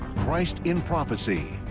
christ in prophecy,